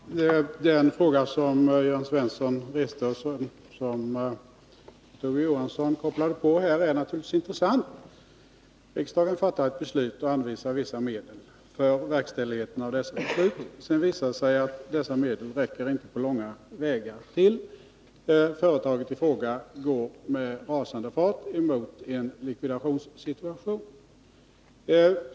Herr talman! Den fråga som Jörn Svensson reste och som Kurt Ove Johansson kopplade på är naturligtvis intressant. Riksdagen fattar beslut och anvisar vissa medel för verkställigheten av dessa beslut. Sedan visar det sig att dessa medel inte på långa vägar räcker till. Företaget i fråga går med rasande fart emot en likvidationssituation.